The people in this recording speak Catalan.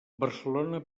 barcelona